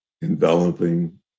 Enveloping